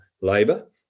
Labour